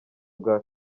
bwa